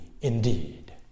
indeed